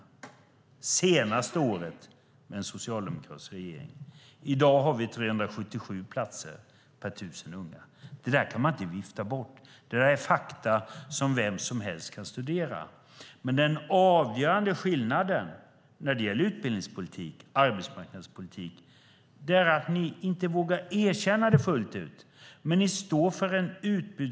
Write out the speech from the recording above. Det var det senaste året med en socialdemokratisk regering. I dag har vi 377 platser per 1 000 unga. Det kan man inte vifta bort. Det är fakta som vem som helst kan studera. Men den avgörande skillnaden när det gäller utbildningspolitik och arbetsmarknadspolitik är att ni står för en utbudspolitik som ni inte vågar erkänna fullt ut.